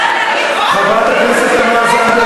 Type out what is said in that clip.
חברת הכנסת תמר זנדברג,